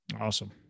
Awesome